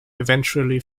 eventually